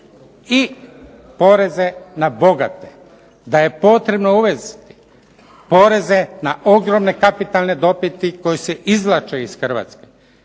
i poreze na bogate, da je potrebno uvest poreze na ogromne kapitalne dobiti koji se izvlače iz Hrvatske